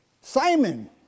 Simon